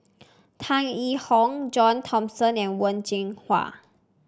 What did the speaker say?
Tan Yee Hong John Thomson and Wen Jinhua